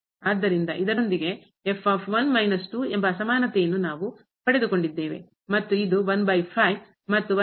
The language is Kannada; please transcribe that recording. ಆದ್ದರಿಂದ ಇದರೊಂದಿಗೆ ಎಂಬ ಅಸಮಾನತೆಯನ್ನು ನಾವು ಪಡೆದುಕೊಂಡಿದ್ದೇವೆ ಮತ್ತು ಇದು ಮತ್ತು ನಡುವೆ ಇರುತ್ತದೆ ಇದು ಸೂಚಿಸುತ್ತದೆ